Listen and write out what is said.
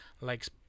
likes